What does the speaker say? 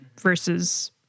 versus